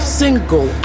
single